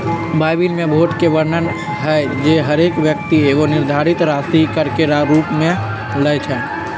Bible में भोट के वर्णन हइ जे हरेक व्यक्ति एगो निर्धारित राशि कर के रूप में लेँइ छइ